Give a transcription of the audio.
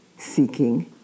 seeking